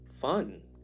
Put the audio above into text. fun